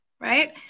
right